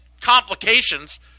complications